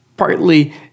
Partly